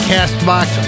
CastBox